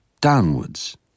downwards